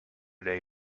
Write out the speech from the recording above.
they